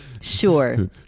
Sure